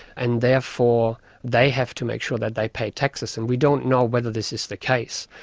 and therefore they have to make sure that they pay taxes, and we don't know whether this is the case.